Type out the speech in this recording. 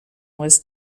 was